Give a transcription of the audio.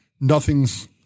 nothing's